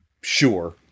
Sure